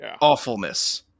awfulness